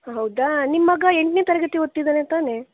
ಹಾನ್ ಹೌದಾ ನಿಮ್ಮ ಮಗ ಎಂಟನೇ ತರಗತಿ ಓದ್ತಿದ್ದಾನೆ ತಾನೇ